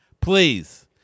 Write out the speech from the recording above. Please